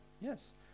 Yes